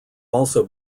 also